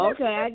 Okay